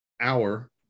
hour